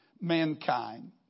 mankind